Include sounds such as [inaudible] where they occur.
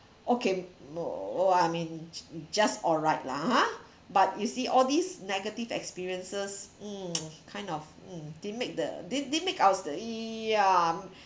okay no I mean just alright lah ha but you see all these negative experiences hmm [noise] kind of hmm didn't make the didn't didn't make our st~ yeah